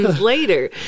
later